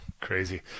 crazy